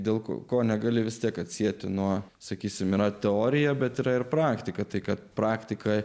dėl ko ko negali vis tiek atsieti nuo sakysime yra teorija bet yra ir praktika tai kad praktiką